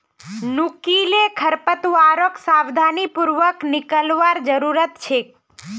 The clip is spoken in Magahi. नुकीले खरपतवारक सावधानी पूर्वक निकलवार जरूरत छेक